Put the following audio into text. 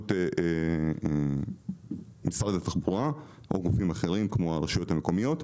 באמצעות משרד התחבורה או גופים אחרים כמו הרשויות המקומיות,